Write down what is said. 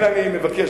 אני מודה לך.